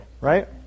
right